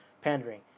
pandering